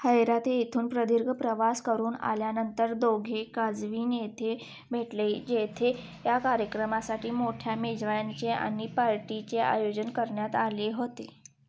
हैराथे इथून प्रदीर्घ प्रवास करून आल्यानंतर दोघे काजवीन येथे भेटले जेथे या कार्यक्रमासाठी मोठ्या मेजवायांचे आणि पार्टीचे आयोजन करण्यात आले होते